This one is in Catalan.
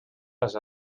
les